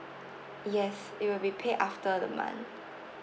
yes it will be paid after the month